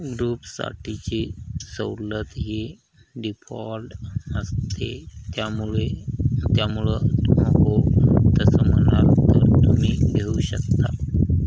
ग्रुपसाठीची सवलत ही डिफॉल्ट असते त्यामुळे त्यामुळं हो तसं म्हणाल तर तुम्ही घेऊ शकता